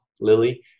Lily